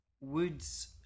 Woods